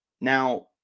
Now